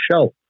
show